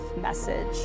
message